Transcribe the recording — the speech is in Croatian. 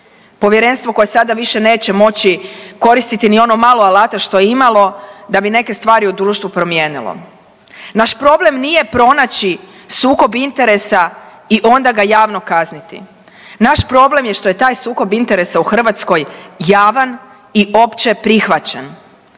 Povjerenstvo koje sada više neće moći koristiti ni ono malo alata što je imalo da bi neke stvari u društvu promijenilo. Naš problem nije pronaći sukob interesa i onda ga javno kazniti. Naš problem je što je taj sukob interesa u Hrvatskoj javan i općeprihvaćen.